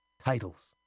Titles